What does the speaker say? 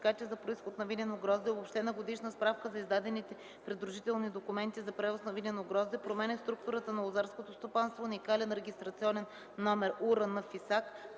за произход на винено грозде, обобщена годишна справка за издадените придружителни документи за превоз на винено грозде, промени в структурата на лозарското стопанство, уникален регистрационен номер (УРН) в ИСАК,